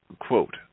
Quote